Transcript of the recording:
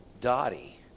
Dottie